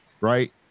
right